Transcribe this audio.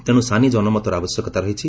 ତେଣୁ ସାନି ଜନମତର ଆବଶ୍ୟକତା ରହିଛି